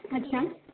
अच्छा